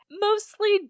Mostly